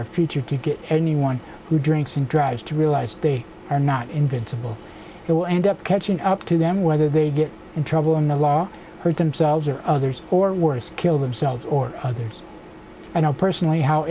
given future to get anyone who drinks and drives to realize they are not invincible they will end up catching up to them whether they get in trouble in the law hurt them selves or others or worse kill themselves or others i know personally how